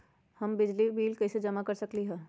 हम बिजली के बिल कईसे जमा कर सकली ह?